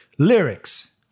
Lyrics